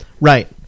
right